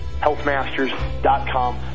healthmasters.com